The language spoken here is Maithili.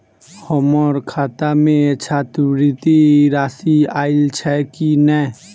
हम्मर खाता मे छात्रवृति राशि आइल छैय की नै?